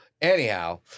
Anyhow